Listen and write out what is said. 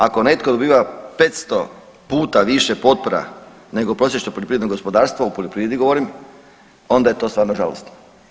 Ako netko dobiva 500 puta više potpora nego prosječno poljoprivredno gospodarstvo, u poljoprivredi govorim, onda je to stvarno žalosno.